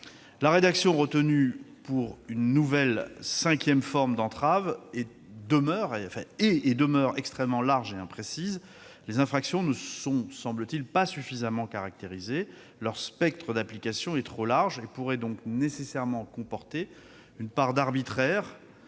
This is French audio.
La rédaction retenue pour une nouvelle cinquième forme d'entrave demeure extrêmement large et imprécise. Les infractions ne sont pas suffisamment caractérisées. Leur spectre d'application est trop large, ce qui pourrait nécessairement comporter une part d'arbitraire